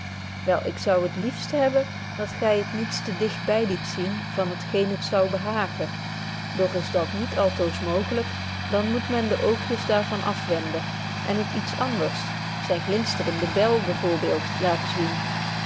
wel ik zou liefst hebben dat gy het niets te digt by liet zien van t geen het zoude behagen doch is dat niet altoos mooglyk dan moet men de oogjes daar van afwenden en het iets anders zyn glinsterende bel by voorbeeld laten zien